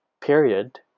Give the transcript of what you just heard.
period